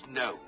no